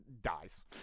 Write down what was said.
dies